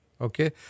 Okay